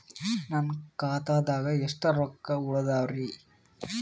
ನನ್ನ ಖಾತಾದಾಗ ಎಷ್ಟ ರೊಕ್ಕ ಉಳದಾವರಿ?